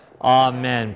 Amen